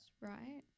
right